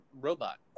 robot